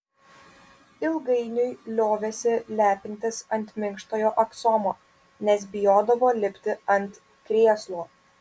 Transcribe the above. ilgainiui liovėsi lepintis ant minkštojo aksomo nes bijodavo lipti ant krėslo